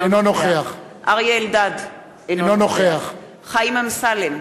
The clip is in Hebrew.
אינו נוכח אריה אלדד, אינו נוכח חיים אמסלם,